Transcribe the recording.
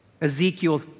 Ezekiel